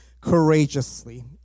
courageously